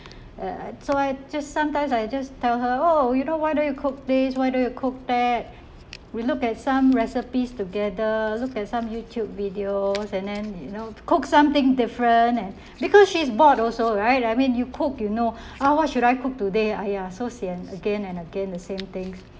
uh so I just sometimes I just tell her all you know why don't you cook this why don't you cook that we look at some recipes together look at some youtube videos and then you know cook something different and because she's bored also right I mean you cook you know what should I cook today !aiya! so sian again and again the same thing